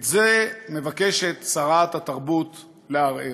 את זה מבקשת שרת התרבות לערער.